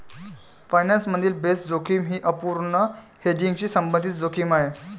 finance मधील base जोखीम ही अपूर्ण हेजिंगशी संबंधित जोखीम आहे